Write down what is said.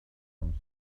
arms